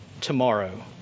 tomorrow